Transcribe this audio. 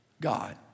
God